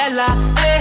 Ella